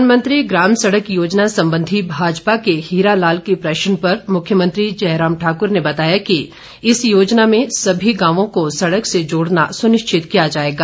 प्रधानमंत्री ग्राम सड़क योजना संबंधी भाजपा के हीरा लाल के प्रश्न पर मुख्यमंत्री जयराम ठाक्र ने बताया कि इस योजना में सभी गांवों को सड़क से जोड़ना सुनिश्चित किया जाएगा